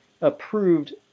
approved